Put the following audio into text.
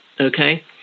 Okay